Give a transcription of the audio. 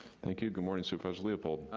thank you, good morning, supervisor leopold.